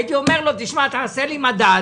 הייתי אומר לו: תשמע, תעשה לי מדד